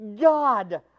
God